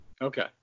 Okay